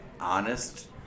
honest